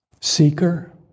seeker